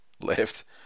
Left